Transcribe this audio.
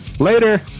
Later